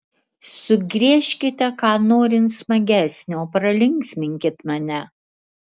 sugriežkite ką norint smagesnio pralinksminkit mane